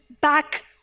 back